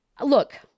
look